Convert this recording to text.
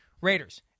Raiders